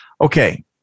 Okay